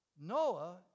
Noah